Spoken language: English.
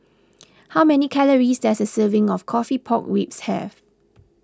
how many calories does a serving of Coffee Pork Ribs have